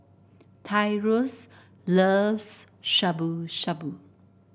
Tyrus loves Shabu Shabu